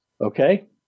Okay